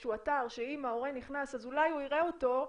שהוא אתר שאם ההורה נכנס אז אולי הוא יראה אותו,